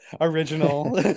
original